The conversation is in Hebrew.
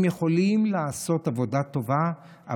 הם יכולים לעשות עבודה טובה,